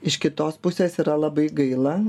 iš kitos pusės yra labai gaila